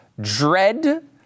dread